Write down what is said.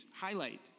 highlight